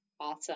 Awesome